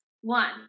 one